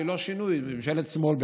שהיא לא שינוי אלא ממשלת שמאל,